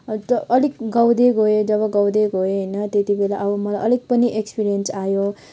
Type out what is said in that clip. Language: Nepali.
अन्त अलिक गाउँदै गएँ जब गाउँदै गएँ होइन त्यति बेला अब मलाई अलिक पनि एक्सपिरियन्स आयो